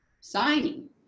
signing